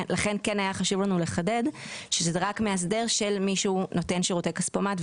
לכן כן היה חשוב לנו לחדד שזה רק מאסדר של מישהו שנותן שירותי כספומט,